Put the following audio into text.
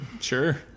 Sure